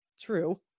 true